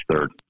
third